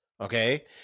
Okay